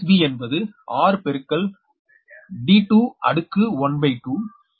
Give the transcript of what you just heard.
Dsb என்பது r பெருக்கல் d2 அடுக்கு 1 பய் 2